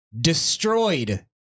destroyed